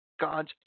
God's